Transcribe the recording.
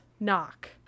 knock